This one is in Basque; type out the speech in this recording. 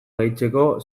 gehitzeko